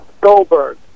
Goldberg